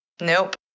nope